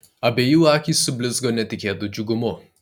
abiejų akys sublizgo netikėtu džiugumu